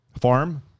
farm—